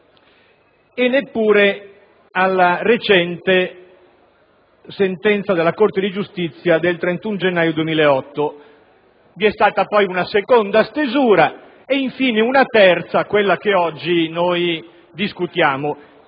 e neppure alla recente sentenza della Corte di giustizia del 31 gennaio 2008. Vi è stata poi una seconda stesura e, infine, una terza, quella che oggi discutiamo.